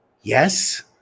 yes